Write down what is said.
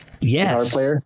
Yes